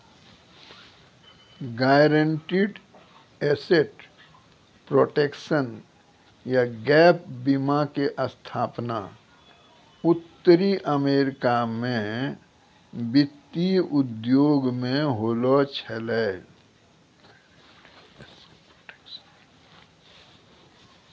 guaranteed asset protection या gap बीमा के स्थापना उत्तरी अमेरिका मे वित्तीय उद्योग मे होलो छलै